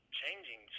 changing